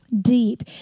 deep